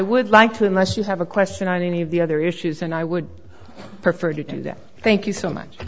would like to unless you have a question on any of the other issues and i would prefer to do that thank you so much